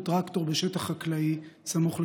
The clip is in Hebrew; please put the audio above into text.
טרקטור בשטח חקלאי סמוך לכרמיאל.